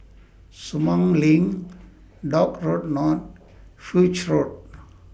Sumang LINK Dock Road North Foch Road